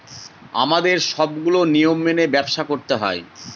আমাদের সবগুলো নিয়ম মেনে ব্যবসা করতে হয়